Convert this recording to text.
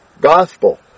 gospel